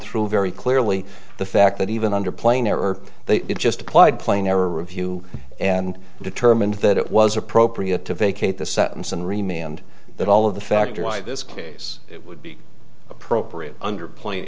through very clearly the fact that even under plain error they just applied plain error review and determined that it was appropriate to vacate the sentence and remained that all of the factor why this case it would be appropriate under p